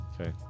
Okay